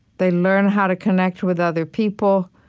they learn how to connect with other people.